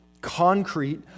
concrete